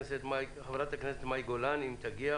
חברת הכנסת מאי גולן אם תגיע,